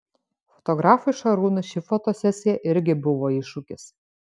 fotografui šarūnui ši fotosesija irgi buvo iššūkis